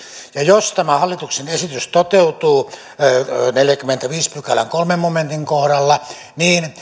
ja jos tämä hallituksen esitys toteutuu neljännenkymmenennenviidennen pykälän kolmannen momentin kohdalla niin